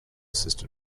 assist